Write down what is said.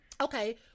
Okay